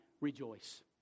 rejoice